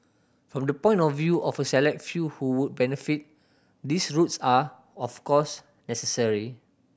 from the point of view of the select few who would benefit these routes are of course necessary